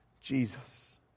Jesus